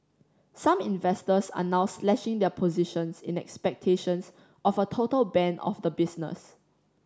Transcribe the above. some investors are now slashing their positions in expectations of a total ban of the business